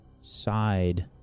side